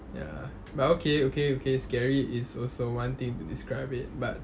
ya but okay okay okay scary is also one thing to describe it but